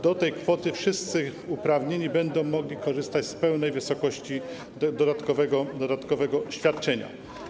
Do tej kwoty wszyscy uprawnieni będą mogli korzystać z pełnej wysokości dodatkowego świadczenia.